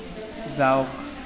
যাওক